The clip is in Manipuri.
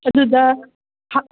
ꯑꯗꯨꯗ